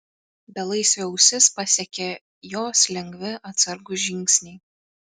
belaisvio ausis pasiekė jos lengvi atsargūs žingsniai